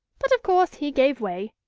but of course he gave way,